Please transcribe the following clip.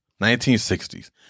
1960s